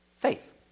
Faith